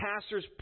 pastor's